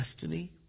destiny